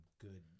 good